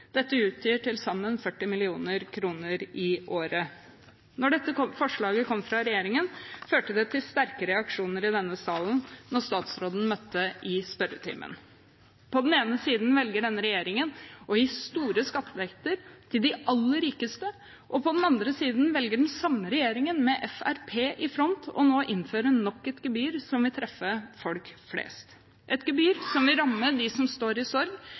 Dette utgjør til sammen 40 mill. kr i året. Da dette forslaget kom fra regjeringen, førte det til sterke reaksjoner i denne salen da statsråden møtte i spørretimen. På den ene siden velger denne regjeringen å gi store skatteletter til de aller rikeste, og på den andre siden velger den samme regjeringen med Fremskrittspartiet i front å innføre nok et gebyr som vil treffe folk flest – et gebyr som vil ramme dem som står i sorg